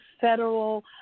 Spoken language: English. federal